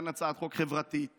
כאן הצעת חוק חברתית